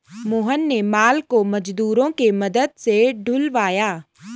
मोहन ने माल को मजदूरों के मदद से ढूलवाया